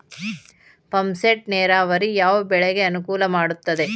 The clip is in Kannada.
ಪಂಪ್ ಸೆಟ್ ನೇರಾವರಿ ಯಾವ್ ಬೆಳೆಗೆ ಅನುಕೂಲ ಮಾಡುತ್ತದೆ?